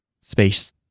space